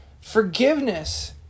Forgiveness